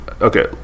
Okay